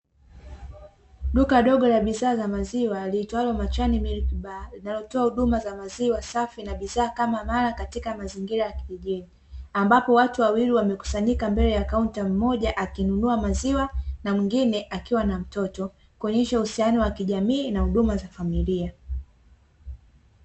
Duka dogo la bidhaa za maziwa liitwalo "Machani milk bar", linalotoa huduma za maziwa safi na bidhaa kama mala katika mazingira ya kijijini, ambapo watu wawili wamekusanyika mbele ya kaunta mmoja akinunua maziwa na mwengine akiwa na mtoto, kuonyesha uhusiano wa kijamii na huduma za familia.